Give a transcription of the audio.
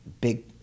big